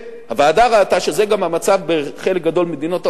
הוועדה ראתה שזה גם המצב בחלק גדול ממדינות העולם,